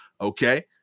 Okay